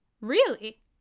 Really